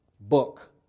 Book